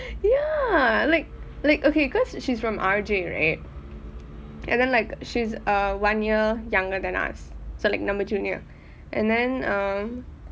ya like like okay because she's from R_J right and then like she's uh one year younger than us so like our junior and then um